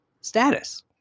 status